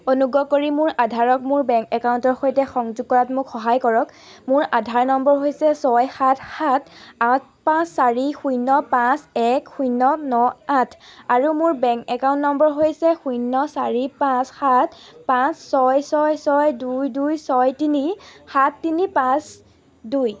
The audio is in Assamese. অনুগ্ৰহ কৰি মোৰ আধাৰক মোৰ বেংক একাউণ্টৰ সৈতে সংযোগ কৰাত মোক সহায় কৰক মোৰ আধাৰ নম্বৰ হৈছে ছয় সাত সাত আঠ পাঁচ চাৰি শূন্য় পাঁচ এক শূন্য় ন আঠ আৰু মোৰ বেংক একাউণ্ট নম্বৰ হৈছে শূন্য় চাৰি পাঁচ সাত পাঁচ ছয় ছয় ছয় দুই দুই ছয় তিনি সাত তিনি পাঁচ দুই